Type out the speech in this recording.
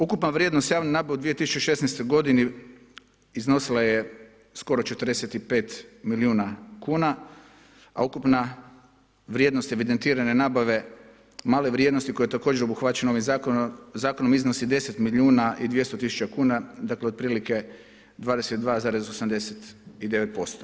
Ukupna vrijednost javne nabave u 2016. godini iznosila je skoro 45 milijuna kuna, a ukupna vrijednost evidentirane nabave male vrijednosti koja je također obuhvaćena ovim zakonom iznosi 10 milijuna i 200 tisuća kuna dakle, otprilike 22,89%